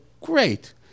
great